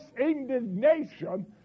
indignation